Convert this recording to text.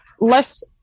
less